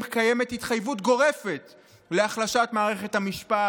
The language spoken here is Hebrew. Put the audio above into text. קיימת התחייבות גורפת להחלשת מערכת המשפט.